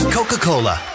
Coca-Cola